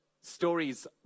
stories